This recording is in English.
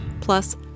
Plus